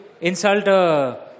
insult